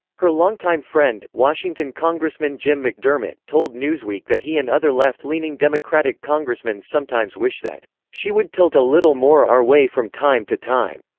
her longtime friend, washington congressman jim mcdermott, told newsweek that he and other left-leaning democratic congressmen sometimes wish that she would tilt a little more our way from time to time.